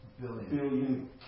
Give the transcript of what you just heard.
billion